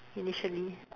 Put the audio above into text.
initially